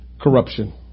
corruption